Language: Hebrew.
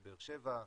בבאר שבע,